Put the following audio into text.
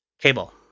Cable